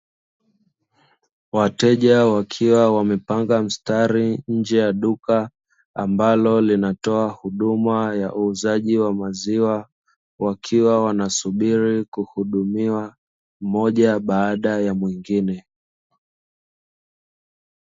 Wateja wakiwa wamepanga mstari nje ya duka ambalo linatoa huduma ya uuzaji wa maziwa, wakiwa wanasubiri kuhudumiwa mmoja baada ya mwengine.